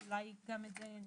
אז אולי גם את זה.